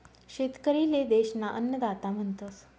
शेतकरी ले देश ना अन्नदाता म्हणतस